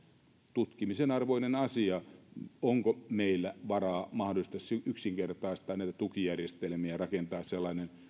tutkimisen arvoinen asia se onko meillä varaa mahdollisesti yksinkertaistaa näitä tukijärjestelmiä ja rakentaa sellainen